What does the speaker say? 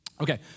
Okay